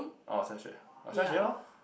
oh Xia-Xue uh Xia-Xue lor